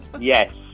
Yes